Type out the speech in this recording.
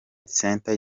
center